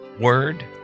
word